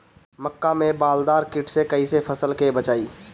मक्का में बालदार कीट से कईसे फसल के बचाई?